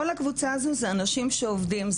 כל הקבוצה הם אנשים שעובדים,